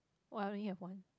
why I only have one